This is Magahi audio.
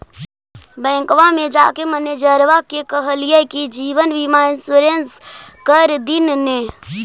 बैंकवा मे जाके मैनेजरवा के कहलिऐ कि जिवनबिमा इंश्योरेंस कर दिन ने?